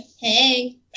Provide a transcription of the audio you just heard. Hey